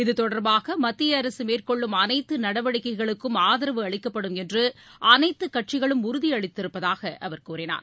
இத்தொடர்பாக மத்திய அரசு மேற்கொள்ளும் அனைத்து நடவடிக்கைகளுக்கும் ஆதரவு அளிக்கப்படும் என்று அனைத்துக் கட்சிகளும் உறுதி அளித்திருப்பதாக அவர் கூறினார்